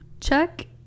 check